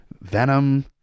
Venom